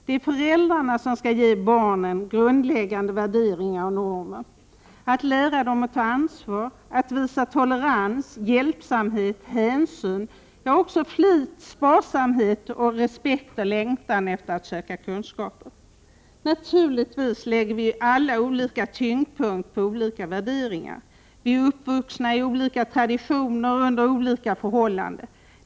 Det är föräldrarna som skall ge barnen grundläggande värderingar och normer, lära dem att ta ansvar, visa tolerans, hjälpsamhet, hänsyn — ja, också flit, sparsamhet och respekt och längtan efter att söka kunskaper. Naturligtvis lägger vi alla olika tyngdpunkt på olika värderingar. Vi är uppvuxna i olika traditioner och under olika förhållanden.